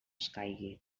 escaigui